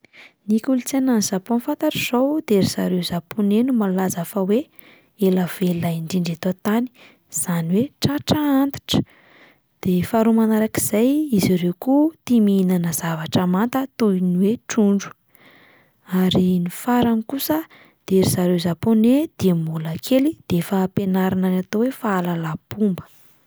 Ny kolontsaina any Japon fantatro izao de ry zareo zaponey no malaza fa hoe ela velona indrindra eto an-tany, izany hoe tratra antitra, de faharoa manarak'izay izy ireo koa tia mihinana zavatra manta toy ny hoe trondro ary ny farany kosa de ry zareo zaponey dieny mbola kely de efa ampianarina ny atao hoe fahalalam-pomba.